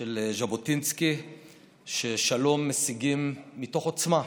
של ז'בוטינסקי ששלום משיגים מתוך עוצמה,